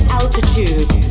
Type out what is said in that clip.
altitude